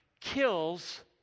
kills